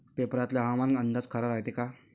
पेपरातला हवामान अंदाज खरा रायते का?